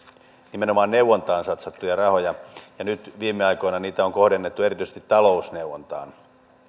nimenomaan neuvontaan satsattuja rahoja ja nyt viime aikoina niitä on kohdennettu erityisesti talousneuvontaan